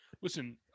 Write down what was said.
listen